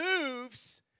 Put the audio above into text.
moves